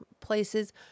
places